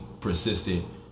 persistent